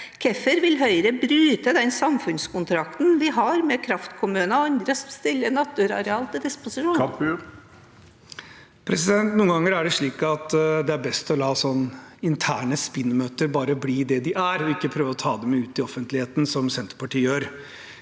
Hvorfor vil Høyre bryte den samfunnskontrakten vi har med kraftkommuner og andre som stiller naturareal til disposisjon? Mudassar Kapur (H) Noen ganger er det best å la interne spinnmøter bare bli det de er, og ikke prøve å ta dem ut i offentligheten, som Senterpartiet gjør.